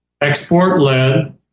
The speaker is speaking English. export-led